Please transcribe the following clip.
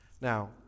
Now